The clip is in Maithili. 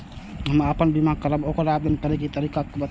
हम आपन बीमा करब ओकर आवेदन करै के तरीका बताबु?